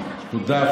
זה עשר דקות,